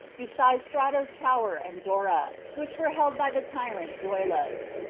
besides strato's tower and dora, which were held by the tyrant zoilus.